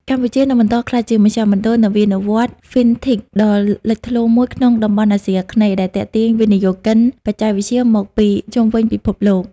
កម្ពុជានឹងបន្តក្លាយជាមជ្ឈមណ្ឌលនវានុវត្តន៍ FinTech ដ៏លេចធ្លោមួយក្នុងតំបន់អាស៊ីអាគ្នេយ៍ ដែលទាក់ទាញវិនិយោគិនបច្ចេកវិទ្យាមកពីជុំវិញពិភពលោក។